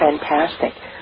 fantastic